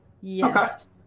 Yes